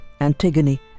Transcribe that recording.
Antigone